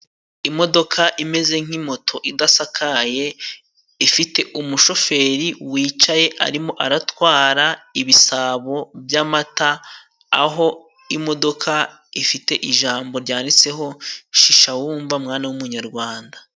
Imodoka imeze nk'imoto idasakaye, ifite umushoferi wicaye arimo aratwara ibisabo by'amata, aho imodoka ifite ijambo ryanditseho "shishawumva mwana w'umunyarwanda."